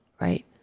right